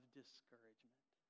discouragement